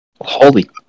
Holy